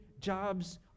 jobs